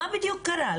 מה בדיוק קרה?